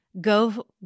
go